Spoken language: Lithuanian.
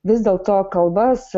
vis dėlto kalbas